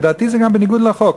ולדעתי זה גם בניגוד לחוק,